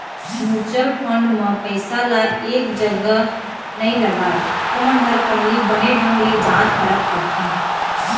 mutual fund म पइसा ल एक जगा नइ लगाय, ओमन ह पहिली बने ढंग ले जाँच परख करथे